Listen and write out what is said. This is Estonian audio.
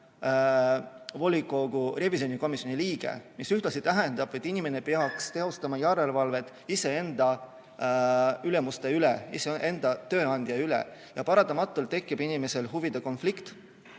volikogu revisjonikomisjoni liige, mis ühtlasi tähendab, et inimene peaks teostama järelevalvet iseenda ülemuste üle, iseenda tööandja üle. Paratamatult tekib inimesel huvide konflikt